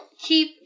keep